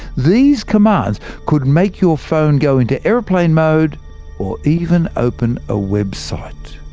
these commands could make your phone go into aeroplane mode or even open a website.